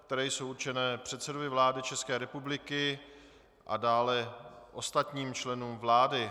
které jsou určené předsedovi vlády České republiky a dále ostatním členům vlády.